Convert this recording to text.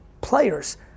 players